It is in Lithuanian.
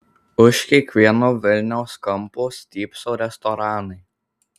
už kiekvieno vilniaus kampo stypso restoranai